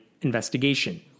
investigation